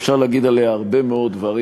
אפשר להגיד עליה הרבה מאוד דברים,